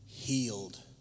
healed